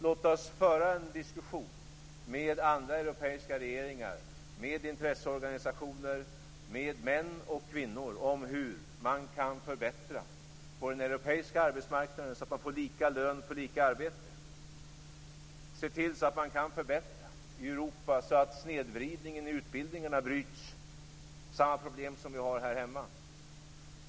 Låt oss föra en diskussion med andra europeiska regeringar, med intresseorganisationer, med män och kvinnor, om om hur den europeiska arbetsmarknaden kan förbättras så att man får lika lön för lika arbete och hur Europa kan förbättras så att snedvridningen i utbildningarna bryts. Det är samma problem som vi har här hemma.